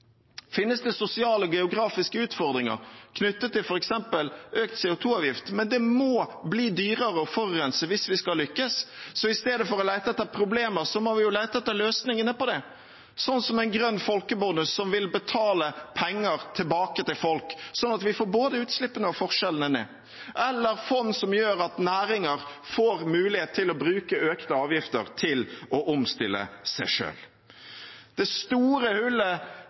finnes det sosiale og geografiske utfordringer knyttet til f.eks. økt CO 2 -avgift, men det må bli dyrere å forurense hvis vi skal lykkes. Så i stedet for å lete etter problemer må vi lete etter løsningene på det, sånn som en grønn folkebonus, som vil betale penger tilbake til folk så vi får både utslippene og forskjellene ned, eller fond som gjør at næringer får mulighet til å bruke økte avgifter til å omstille seg selv. Det store hullet